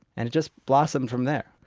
and it just blossomed from there,